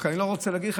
רק אני לא רוצה להגיד לך,